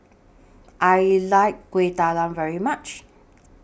I like Kuih Talam very much